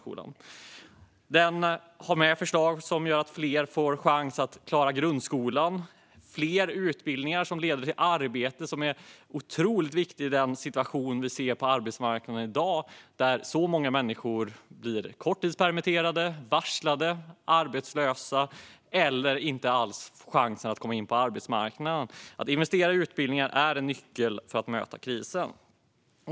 Budgeten har med förslag som gör att fler får chansen att klara grundskolan och fler utbildningar som leder till arbete. Detta är otroligt viktigt i den situation som vi ser på arbetsmarknaden i dag, där många människor blir korttidspermitterade, varslade eller arbetslösa eller inte alls får chansen att komma in på arbetsmarknaden. Att investera i utbildningen är en nyckel för att möta krisen.